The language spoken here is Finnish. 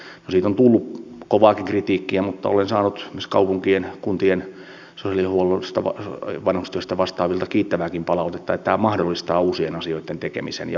no siitä on tullut kovaakin kritiikkiä mutta olen saanut esimerkiksi kaupunkien kuntien sosiaalihuollosta vanhustyöstä vastaavilta kiittävääkin palautetta että tämä mahdollistaa uusien asioitten tekemisen ja vaihtoehtojen etsinnän